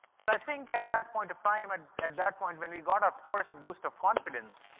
but i think at that point of time, and at that point, when we got our first boost of confidence,